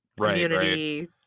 community